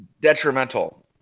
Detrimental